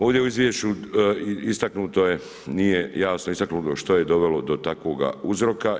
Ovdje u Izvješću istaknuto je, nije jasno istaknuto što je dovelo do takvoga uzroka.